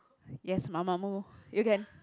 yes mamamoo you can